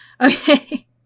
Okay